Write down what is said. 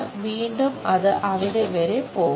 വീണ്ടും അത് അവിടെ വരെ പോകുന്നു